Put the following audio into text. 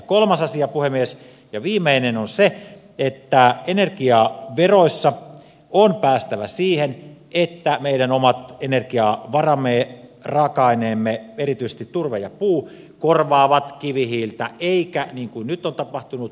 kolmas asia puhemies ja viimeinen on se että energiaveroissa on päästävä siihen että meidän omat energiavaramme raaka aineemme erityisesti turve ja puu korvaavat kivihiiltä eikä niin kuin nyt on tapahtunut